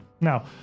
Now